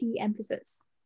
emphasis